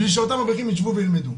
בשביל שאותם אברכים ישבו וילמדו.